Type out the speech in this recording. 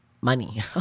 money